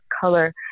color